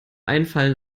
einfallen